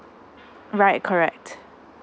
right correct